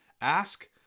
ask